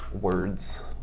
words